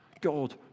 God